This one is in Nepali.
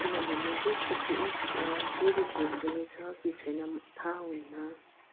किनभने त्यस पछि ऊसित फेरि भेट हुने छ कि छैन थाहा हुन्न